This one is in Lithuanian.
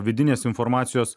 vidinės informacijos